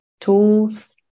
tools